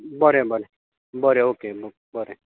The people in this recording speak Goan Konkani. बरें बरें बरें ओके बरें